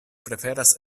preferas